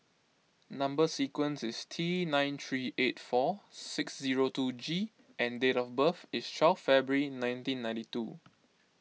Number Sequence is T nine three eight four six zero two G and date of birth is twelve February nineteen ninety two